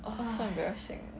!wah! so embarrassing